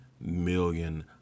million